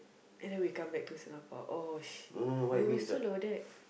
and then we come back to Singapore oh sh~ we'll be so loaded